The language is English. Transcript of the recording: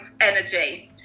energy